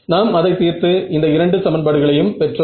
நாம் அதை தீர்த்து இந்த இரண்டு சமன்பாடுகளையும் பெற்றோம்